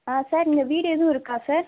ஆ sir இங்கே வீடு எதுவும் இருக்கா சார்